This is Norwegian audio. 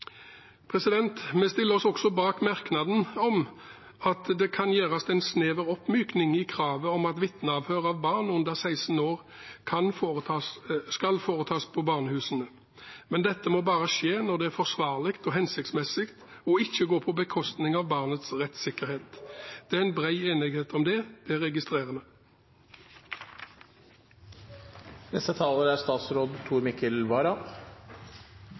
Vi stiller oss også bak merknaden om at det kan gjøres en snever oppmykning av kravet om at vitneavhør av barn under 16 år skal foretas på barnehusene. Men dette må bare skje når det er forsvarlig og hensiktsmessig, og ikke gå på bekostning av barnets rettsikkerhet. Det er bred enighet om dette, det registrerer vi. Kriminalitetsbildet er